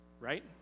Right